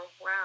Wow